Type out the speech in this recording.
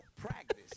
practice